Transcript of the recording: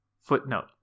Footnote